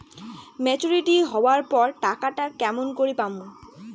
Maturity হবার পর টাকাটা কেমন করি পামু?